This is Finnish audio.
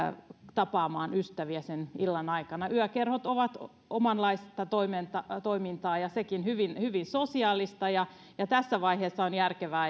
tapaamaan ystäviä sen illan aikana yökerhot ovat omanlaistaan toimintaa ja sekin hyvin hyvin sosiaalista ja ja tässä vaiheessa on järkevää